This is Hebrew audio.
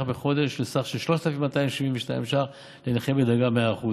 בחודש לסך של 3,272 לנכה בדרגת 100%